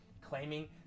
claiming